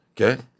Okay